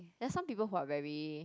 there's some people who are very